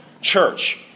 Church